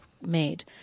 made